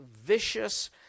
vicious